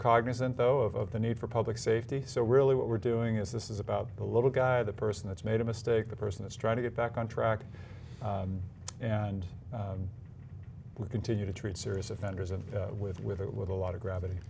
cognizant though of the need for public safety so really what we're doing is this is about the little guy the person that's made a mistake the person that's trying to get back on track and we continue to treat serious offenders and with with it with a lot gravity